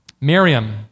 Miriam